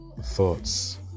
Thoughts